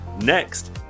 next